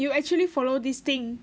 you actually follow this thing